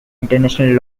international